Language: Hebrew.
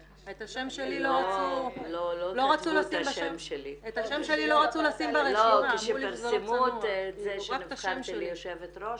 את השם שלי לא רצו לשים ברשימה אמרו לי שזה לא צנוע.